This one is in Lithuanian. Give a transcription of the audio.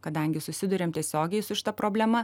kadangi susiduriam tiesiogiai su šita problema